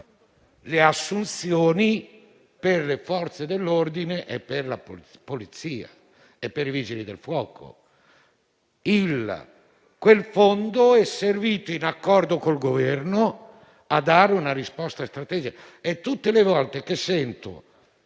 le assunzioni per le Forze dell'ordine, per la Polizia e per i Vigili del fuoco. Quel fondo è servito, in accordo con il Governo, a dare una risposta strategica. E tutte le volte che sento